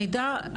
המידע,